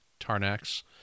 Tarnax